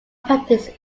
practice